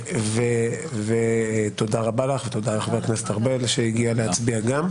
תודה לך ותודה לחבר הכנסת ארבל שהגיע להצביע.